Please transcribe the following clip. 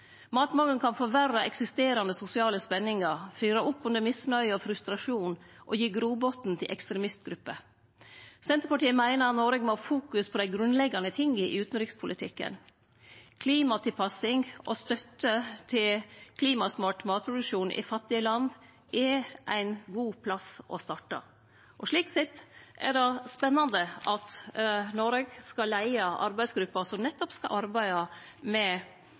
Matmangelen kan forverre eksisterande sosiale spenningar, fyre opp under misnøye og frustrasjon og gi grobotn til ekstremistgrupper. Senterpartiet meiner Noreg må ha fokus på dei grunnleggjande tinga i utanrikspolitikken. Klimatilpassing og støtte til klimasmart matproduksjon i fattige land er ein god plass å starte, og slik sett er det spennande at Noreg skal leie arbeidsgruppa som nettopp skal arbeide med